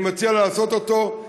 אני מציע לעשות אותו,